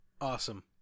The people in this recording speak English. Awesome